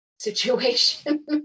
Situation